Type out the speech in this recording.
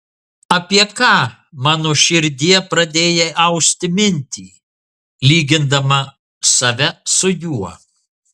apie ką mano širdie pradėjai austi mintį lygindama save su juo